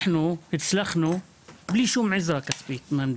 אנחנו הצלחנו בלי שום עזרה כספית מהמדינה.